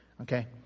okay